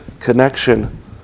connection